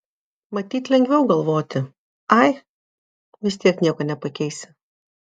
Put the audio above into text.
matyt lengviau galvoti ai vis tiek nieko nepakeisi